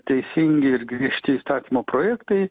teisingi ir griežti įstatymo projektai